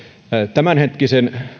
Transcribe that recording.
tämänhetkisen